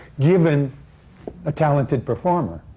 given a talented performer.